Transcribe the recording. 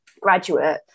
graduate